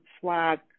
flag